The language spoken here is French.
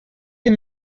est